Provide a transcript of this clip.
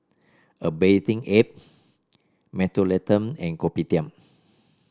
A Bathing Ape Mentholatum and Kopitiam